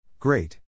Great